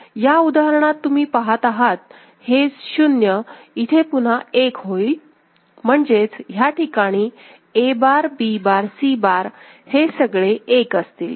ह्या उदाहरणात तुम्ही पहात आहात हे 0 इथे पुन्हा 1 होईल म्हणजेच ह्या ठिकाणी A bar B bar C bar हे सगळे १ असतील